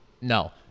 No